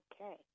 Okay